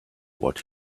what